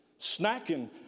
Snacking